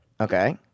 Okay